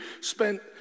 spent